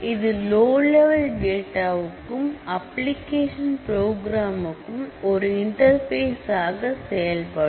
இது low level data வுக்கும் application புரோகிராம்க்கும் ஒரு இன்டர்பேஸ் ஆக செயல்படும்